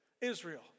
Israel